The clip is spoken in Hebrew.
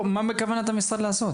בוא מה כוונת המשרד לעשות?